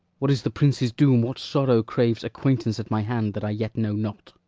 what is the prince's doom what sorrow craves acquaintance at my hand, that i yet know not?